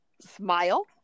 smile